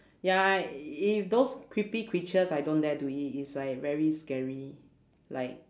ya i~ if those creepy creatures I don't dare to eat it is like very scary like